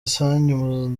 sanyu